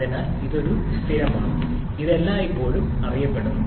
അതിനാൽ ഇത് ഒരു സ്ഥിരമാണ് ഇത് എല്ലായ്പ്പോഴും അറിയപ്പെടുന്നു